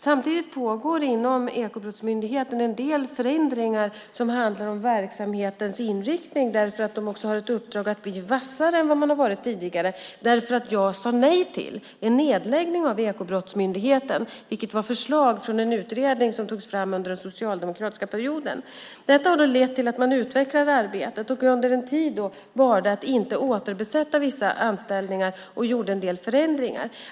Samtidigt pågår det inom Ekobrottsmyndigheten en del förändringar som handlar om verksamhetens inriktning därför att man också har ett uppdrag att bli vassare än vad man har varit tidigare därför att jag sade nej till en nedläggning av Ekobrottsmyndigheten, vilket var ett förslag från en utredning som togs fram under den socialdemokratiska perioden. Detta har lett till att man utvecklade arbetet och att man under en tid valde att inte återbesätta vissa anställningar och gjorde en del förändringar.